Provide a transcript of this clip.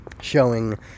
showing